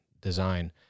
design